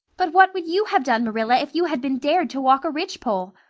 but what would you have done, marilla, if you had been dared to walk a ridgepole?